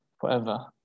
forever